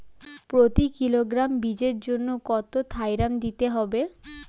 প্রতি কিলোগ্রাম বীজের জন্য কত থাইরাম দিতে হবে?